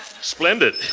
Splendid